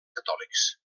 catòlics